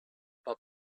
pas